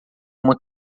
uma